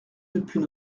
depuis